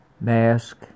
mask